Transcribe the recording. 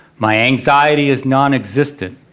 my anxiety is nonexistent.